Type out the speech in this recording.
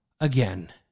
Again